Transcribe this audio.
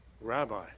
Rabbi